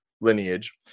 lineage